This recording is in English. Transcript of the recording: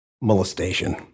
Molestation